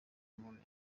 umuntu